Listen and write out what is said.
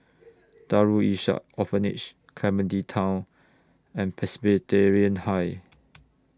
Darul Ihsan Orphanage Clementi Town and Presbyterian High